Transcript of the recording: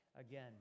again